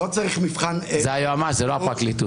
לא צריך מבחן --- זה היועמ"ש, זה לא הפרקליטות.